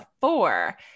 four